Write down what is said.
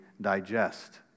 digest